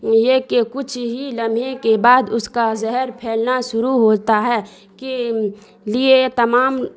یہ کہ کچھ ہی لمحے کے بعد اس کا زہر پھیلنا شروع ہوتا ہے کے لیے تمام